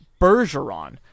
Bergeron